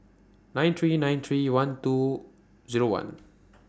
nine three nine three one two Zero one